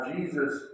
Jesus